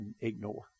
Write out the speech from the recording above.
ignore